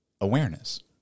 awareness